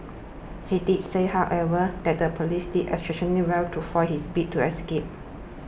he did say however that the police did exceptionally well to foil his bid to escape